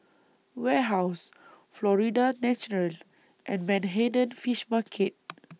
Warehouse Florida's Natural and Manhattan Fish Market